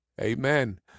Amen